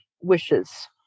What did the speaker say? wishes